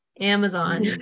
Amazon